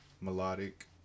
melodic